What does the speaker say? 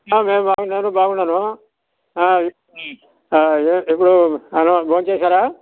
మేము బాగున్నాం నేను బాగున్నాను ఇపుడు అన్నం భోం చేసారా